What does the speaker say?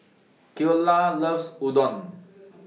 Cleola loves Udon